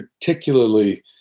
particularly